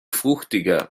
fruchtiger